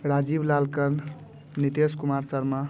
Rajiv Lal Karn Nitesh Kumar Sharma